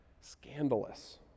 Scandalous